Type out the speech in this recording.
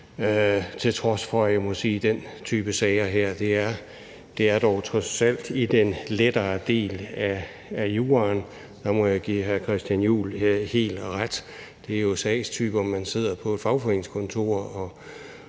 må sige, at den type sager her trods alt er i den lettere del af juraen. Der må jeg give hr. Christian Juhl helt ret. Det er jo sagstyper, som man sidder på et fagforeningskontor